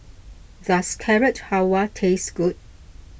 does Carrot Halwa taste good